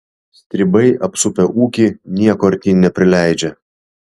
stribai apsupę ūkį nieko artyn neprileidžia